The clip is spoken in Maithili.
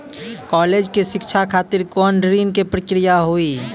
कालेज के शिक्षा खातिर कौन ऋण के प्रक्रिया हुई?